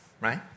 right